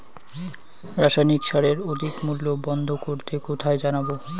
রাসায়নিক সারের অধিক মূল্য বন্ধ করতে কোথায় জানাবো?